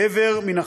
איבר מן החי.